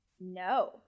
no